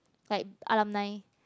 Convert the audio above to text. like alarm night